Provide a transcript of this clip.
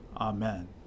Amen